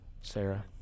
sarah